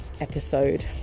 episode